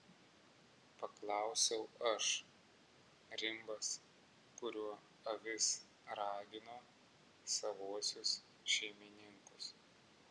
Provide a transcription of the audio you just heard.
paklausiau aš rimbas kuriuo avis ragino savuosius šeimininkus